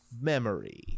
memory